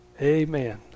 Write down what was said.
Amen